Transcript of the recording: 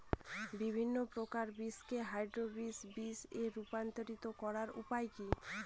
বিভিন্ন প্রকার বীজকে হাইব্রিড বীজ এ রূপান্তরিত করার উপায় কি?